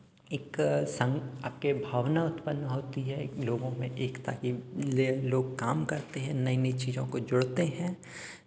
एक संग आपके भावना उत्पन्न होती है एक लोगों में एकता के लिए लोग काम करते हैं नई नई चीज़ों को जोड़ते हैं